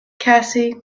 cassie